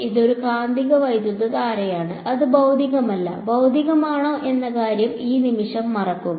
ഇതൊരു കാന്തിക വൈദ്യുതധാരയാണ് അത് ഭൌതികമല്ല ഭൌതികമാണോ എന്ന കാര്യം ഒരു നിമിഷം മറക്കുക